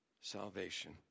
Salvation